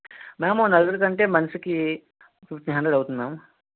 ma'am నలుగురి కంటే మనిషికి ఫిఫ్టీన్ హండ్రెడ్ అవుతుంది మ్యామ్